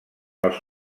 els